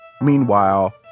Meanwhile